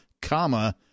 comma